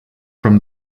from